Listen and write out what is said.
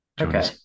okay